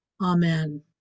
Amen